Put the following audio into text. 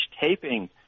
taping